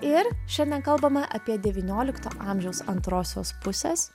ir šiandien kalbame apie devyniolikto amžiaus antrosios pusės